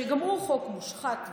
שגם הוא חוק מושחת ונורא.